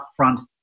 upfront